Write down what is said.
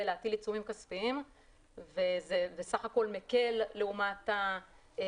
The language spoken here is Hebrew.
להטיל עיצומים כספיים וזה בסך הכול מקל לעומת אופן